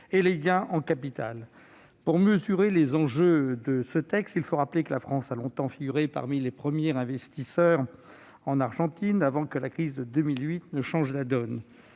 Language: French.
et les gains en capital. Pour bien mesurer les enjeux de cet accord, il faut rappeler que la France a longtemps figuré parmi les premiers investisseurs en Argentine, avant que la crise de 2008 ne change la donne.